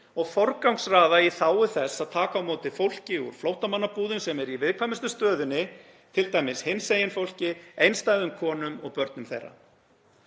og forgangsraða í þágu þess að taka á móti fólki úr flóttamannabúðum sem er í viðkvæmustu stöðunni, t.d. hinsegin fólki, einstæðum konum og börnum þeirra.